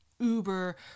uber